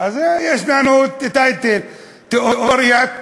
אז יש לנו טייטל, תיאוריית החזנים.